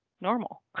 normal